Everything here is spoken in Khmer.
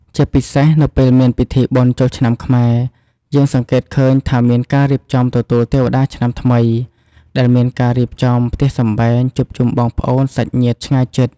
ជាពិសេសនៅពេលមានពិធីបុណ្យចូលឆ្នាំខ្មែរ យើងសង្កេតឃើញថាមានការរៀបចំទទួលទេវតាឆ្នាំថ្មី ដែលមានការរៀបចំផ្ទះសម្បែង ជួបជុំបងប្អូនសាច់ញាតិឆ្ងាយជិត។